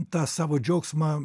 tą savo džiaugsmą